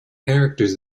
characters